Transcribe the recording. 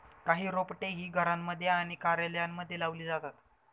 काही रोपटे ही घरांमध्ये आणि कार्यालयांमध्ये लावली जातात